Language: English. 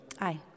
Aye